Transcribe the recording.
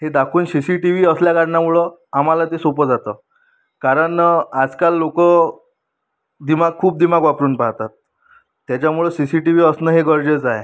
हे दाखवून C C T V असल्याकारणामुळं आम्हाला ते सोपं जातं कारण आजकाल लोकं दिमाग खूप दिमाग वापरून पाहतात त्याच्यामुळं सी सी टी व्ही असणं हे गरजेचं आहे